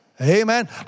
Amen